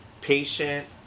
patient